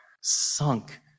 sunk